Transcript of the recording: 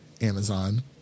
Amazon